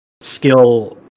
skill